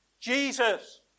Jesus